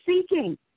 seeking